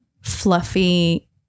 fluffy